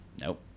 nope